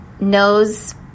knows